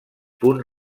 punt